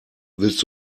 willst